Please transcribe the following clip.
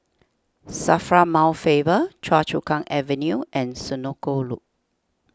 Safra Mount Faber Choa Chu Kang Avenue and Senoko Loop